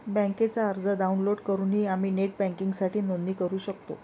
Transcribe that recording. बँकेचा अर्ज डाउनलोड करूनही आम्ही नेट बँकिंगसाठी नोंदणी करू शकतो